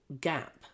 gap